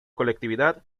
colectividad